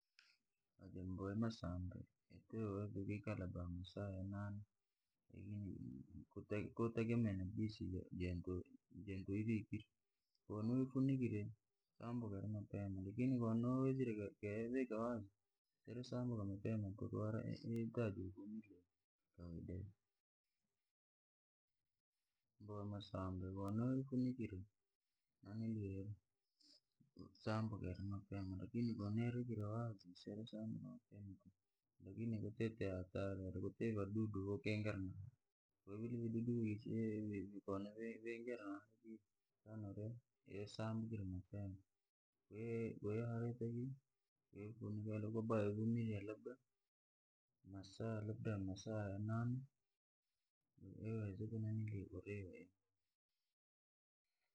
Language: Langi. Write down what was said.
Na jambo haya masambe, wezairi kiikala bamasaa ya nane kutege maana najinsi vene uivikire konouifunikira sambuka iri mapema, lakini kono waivikire wazi siirisambuka mapema tuku mboa yamasambi kono wai kunukire sambuka iri mapema lakini kowairekire wazi siirisambuka mapema tuku. Lakini kwatite hatari kwatite vadudu vyokiingira, kwahiyo ivovidudu ko viingirire shanauri yasambukire mapema, kwahiyo boya haraka vi kowaivumilia labda masaa ya nane, wazairi kuriwa iyo.